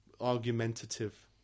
argumentative